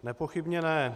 Nepochybně ne.